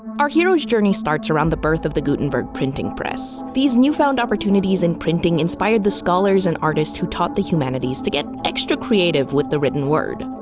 our hero's journey starts around the birth of the gutenberg printing press. these new found opportunities in printing inspired the scholars and artists who taught the humanities, to get extra creative with the written word.